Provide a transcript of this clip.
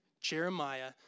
Jeremiah